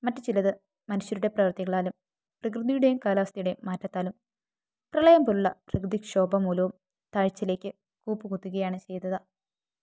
മറ്റു ചിലത് മനുഷ്യരുടെ പ്രവർത്തികളാലും പ്രകൃതിയുടെയും കാലാവസ്ഥയുടെയും മാറ്റത്താലും പ്രളയം പോലുള്ള പ്രകൃതി ക്ഷോഭം മൂലവും താഴ്ചയിലേക്ക് കൂപ്പുകുത്തുകയാണ് ചെയ്തത്